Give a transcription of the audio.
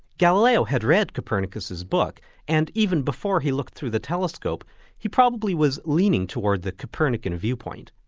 galileo had read copernicus's book and even before he looked through the telescope he probably was leaning towards the copernican viewpoint.